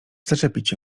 zaczepić